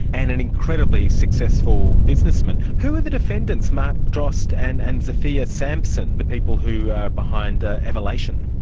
and an incredibly successful businessman. who are the defendants, mark drost and and zefea samson, the people who are behind ah evolation?